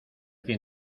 fin